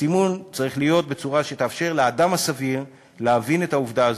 הסימון צריך להיות בצורה שתאפשר לאדם הסביר להבין את העובדה הזו,